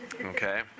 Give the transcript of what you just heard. Okay